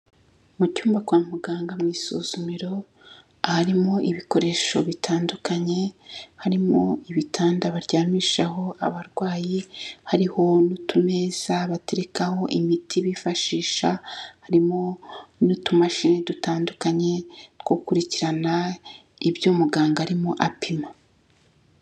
Mu cyumba kwa muganga mu isuzumiro, harimo ibikoresho bitandukanye, harimo ibitanda baryamishaho abarwayi, hariho n'utumeza baterekaho imiti bifashisha, harimo n'utumashini dutandukanye two gukurikirana, ibyo muganga arimo apima.